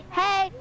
hey